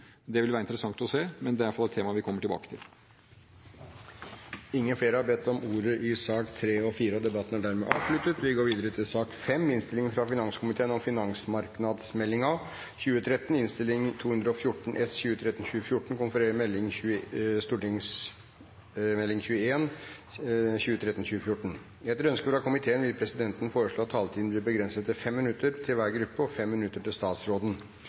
Det vil være interessant å se, men det er i hvert fall et tema vi kommer tilbake til. Flere har ikke bedt om ordet til sakene nr. 3 og 4. Etter ønske fra finanskomiteen vil presidenten foreslå at taletiden begrenses til 5 minutter og fordeles med inntil 5 minutter til hvert parti og 5 minutter til